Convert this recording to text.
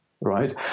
right